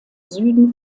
süden